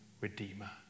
redeemer